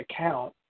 account